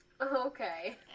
Okay